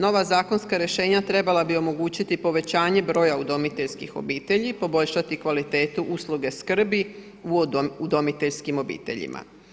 Nova zakonska rješenja trebala bi omogućiti povećanje broja udomiteljskih obitelji, poboljšati kvalitetu usluge skrbi uvodom u udomiteljskim obiteljima.